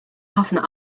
ħafna